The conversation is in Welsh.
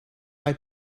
mae